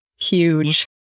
huge